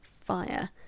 fire